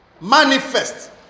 manifest